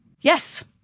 Yes